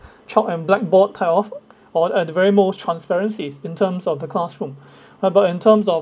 chalk and blackboard type of or at the very most transparencies in terms of the classroom uh but in terms of